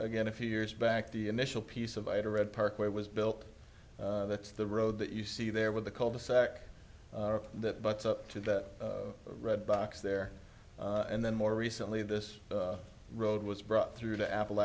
again a few years back the initial piece of ita red parkway was built that's the road that you see there with the cul de sac that butts up to that red box there and then more recently this road was brought through the apple